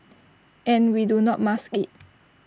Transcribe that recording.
and we do not mask IT